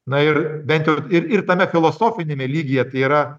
na ir bent jau ir ir tame filosofiniame lygyje tai yra